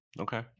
Okay